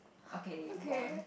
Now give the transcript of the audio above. okay move on